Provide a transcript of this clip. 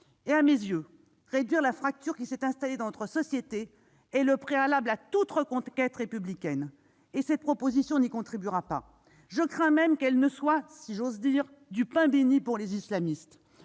À mes yeux, réduire la fracture qui s'est installée dans notre société est le préalable à toute reconquête républicaine. Cette proposition de loi n'y contribuera pas. Je crains même qu'elle ne soit, si j'ose dire, du pain bénit pour les islamistes,